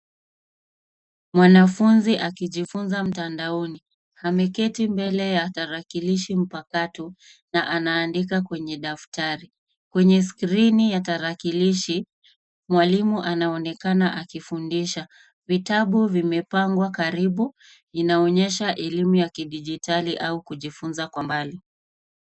Mwanafunzi akijifunza mtandaoni ameketi mbele ya tarakilishi mpakato na anaandika kwenye daftari, kwenye skrini ya tarakilishi mwalimu anaonekana akifundisha vitabu vimepangwa karibu inaonyesha elimu ya kidijitali au kujifunza kwa mbali.